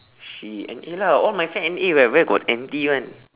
she N_A lah all my friend N_A [what] where got N_T [one]